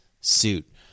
suit